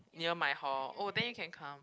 near my hall oh then you can come